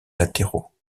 latéraux